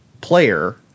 player